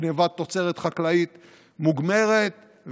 גנבת תוצרת חקלאית מוגמרת,